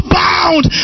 bound